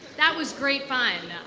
that was great fun.